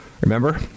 Remember